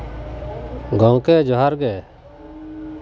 ᱜᱚᱝᱠᱮ ᱡᱚᱦᱟᱨ ᱜᱮ